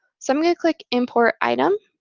so i'm going to click import item.